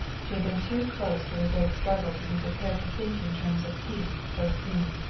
she had been too close to the great struggle to be prepared to think in terms of peace so soon.